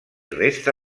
resta